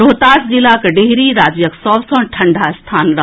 रोहतास जिलाक डिहरी राज्यक सभ सँ ठंडा स्थान रहल